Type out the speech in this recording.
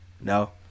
no